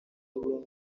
n’ibindi